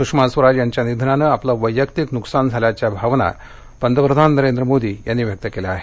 सुषमा स्वराज यांच्या निधनानं आपलं वैयक्तिक नुकसान झाल्याच्या भावना पंतप्रधान नरेंद्र मोदी यांनी व्यक्त केल्या आहेत